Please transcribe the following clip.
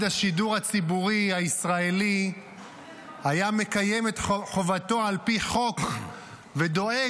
השידור הציבור הישראלי היה מקיים את חובתו על פי חוק ודואג,